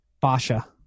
Basha